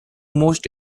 most